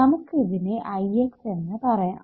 നമുക്ക് ഇതിനെ Ix എന്ന് പറയാം